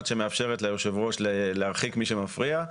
המאפשרת ליושב ראש להרחיק מי שמפריע,